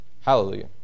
hallelujah